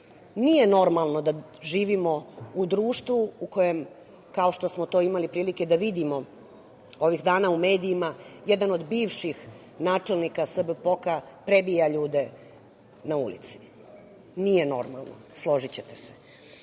normalno da živimo u društvu u kojem, kao što smo to imali prilike da vidimo ovih dana u medijima, jedan od bivših načelnika SBPOK-a prebija ljude na ulici. Nije normalno, složićete